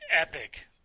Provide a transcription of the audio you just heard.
epic